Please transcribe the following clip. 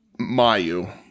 Mayu